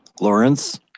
Lawrence